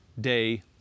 day